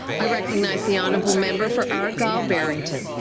i recognize the honourable member for argyle-barrington.